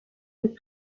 les